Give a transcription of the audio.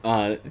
ah ya